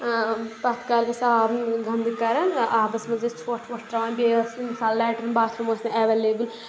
پتھ کالہِ ٲسۍ آب گنٛدٕ کران آبَس منٛز أسۍ ژھۄٹھ وۄٹھ ترٛاوان بیٚیہِ ٲس نہٕ مِثال لیٹرین باتھروٗم ٲسۍ نہٕ ایٚولیبٕل